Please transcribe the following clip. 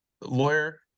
Lawyer